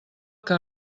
que